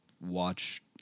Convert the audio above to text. watch